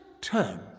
turn